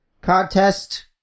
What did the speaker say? contest